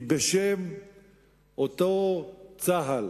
כי בשם אותו צה"ל